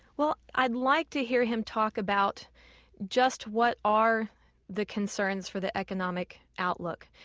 well, i'd like to hear him talk about just what are the concerns for the economic outlook.